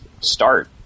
start